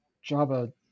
java